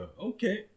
Okay